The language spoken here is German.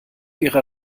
ihrer